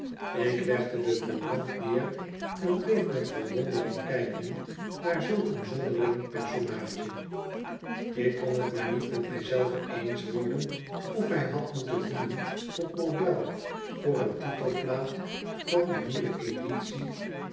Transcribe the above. ik legde de courant neer en bleef met verwondering kijken naar zulk een zonderling personaadje ik kon het maar niet met mij zei ven eens worden of hij had moeten dienen tot model voor een titelplaat van een nieuwe editie